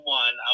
one